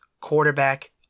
quarterback